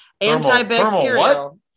anti-bacterial